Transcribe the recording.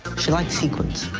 she likes sequins.